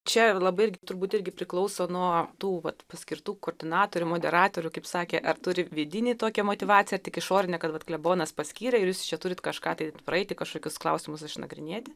čia labai irgi turbūt irgi priklauso nuo tų vat paskirtų koordinatorių moderatorių kaip sakė ar turi vidinį tokią motyvaciją ar tik išorinę kad vat klebonas paskyrė ir jūs čia turit kažką tai praeiti kažkokius klausimus išnagrinėti